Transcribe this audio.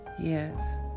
yes